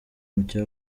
igitaramo